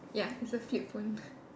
ya it's a flip phone